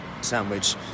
sandwich